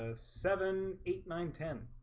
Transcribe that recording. ah seven eight nine ten